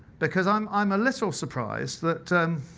because i'm i'm a little surprised that